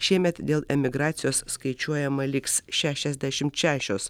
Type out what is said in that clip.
šiemet dėl emigracijos skaičiuojama liks šešiasdešimt šešios